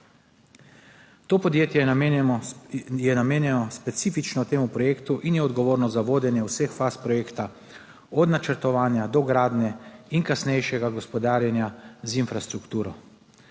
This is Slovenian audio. To podjetje je namenjeno specifično temu projektu in je odgovorno za vodenje vseh faz projekta od načrtovanja do gradnje in kasnejšega gospodarjenja z infrastrukturo.